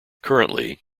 currently